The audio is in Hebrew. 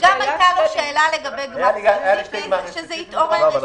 שם הייתה לו שאלה לגבי גמ"ח ספציפי שזה התעורר.